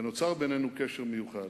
ונוצר בינינו קשר מיוחד.